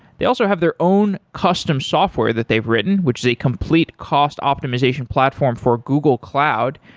they also have their own custom software that they've written, which is a complete cost optimization platform for google cloud,